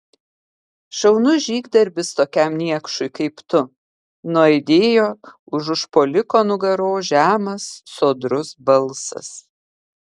šaunus žygdarbis tokiam niekšui kaip tu nuaidėjo už užpuoliko nugaros žemas sodrus balsas